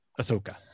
Ahsoka